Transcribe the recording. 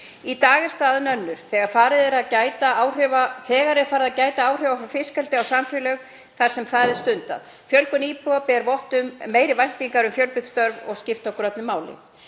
Í dag er staðan önnur. Þegar er farið að gæta áhrifa frá fiskeldi á samfélög þar sem það er stundað. Fjölgun íbúa ber vott um meiri væntingar um fjölbreytt störf sem skipta okkur öllu máli.